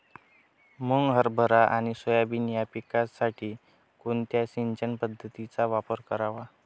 मुग, हरभरा आणि सोयाबीन या पिकासाठी कोणत्या सिंचन पद्धतीचा वापर करावा?